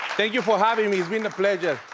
thank you for having me, it's been a pleasure.